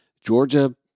Georgia